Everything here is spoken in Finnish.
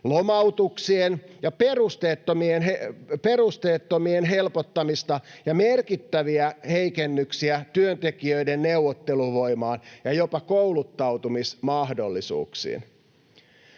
lomautuksien helpottamista ja merkittäviä heikennyksiä työntekijöiden neuvotteluvoimaan ja jopa kouluttautumismahdollisuuksiin.